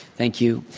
thank you.